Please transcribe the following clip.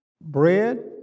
bread